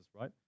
right